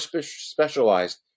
specialized